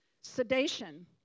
Sedation